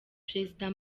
perezida